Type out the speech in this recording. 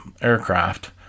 aircraft